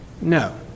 No